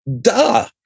duh